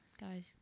Guys